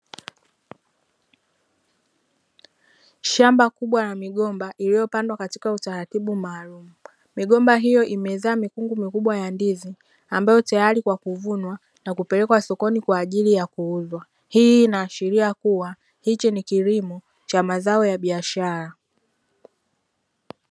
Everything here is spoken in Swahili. Shamba kubwa la migomba ililopandwa katika utaratibu maalumu migomba hiyo imezaa mikungu mikubwa ya ndizi ambayo tayari kwa kuvunwa na kupelekwa sokoni kwaajili ya kuuzwa, hii inaashiria kuwa hichi ni kilimo cha mazao ya biashara.